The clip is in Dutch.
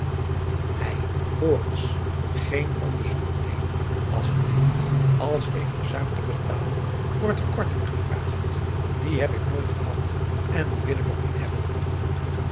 hoor eens geen onbezonnenheden asjeblieft als ik verzuim te betalen wordt er korting gevraagd die heb ik nooit gehad en die wil ik ook niet hebben